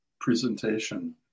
presentation